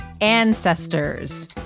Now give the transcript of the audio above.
ancestors